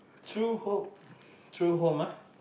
true home true home ah